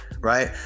Right